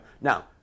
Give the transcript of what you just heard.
Now